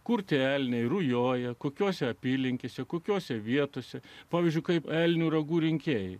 kurti elniai rujoja kokiose apylinkėse kokiose vietose pavyzdžiui kaip elnių ragų rinkėjai